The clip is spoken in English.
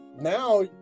now